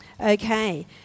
Okay